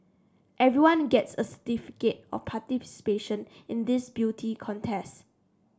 everyone gets a certificate of participation in this beauty contest